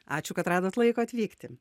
ačiū kad radot laiko atvykti